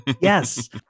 Yes